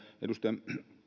edustaja